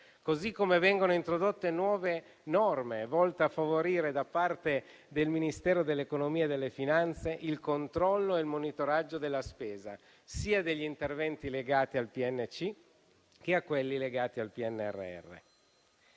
tempo, vengono introdotte nuove norme volte a favorire da parte del Ministero dell'economia e delle finanze il controllo e il monitoraggio della spesa degli interventi legati sia al PNC sia al PNRR.